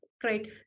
great